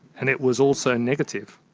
and it was also negative.